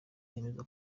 bemeza